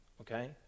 okay